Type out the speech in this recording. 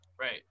Right